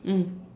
mm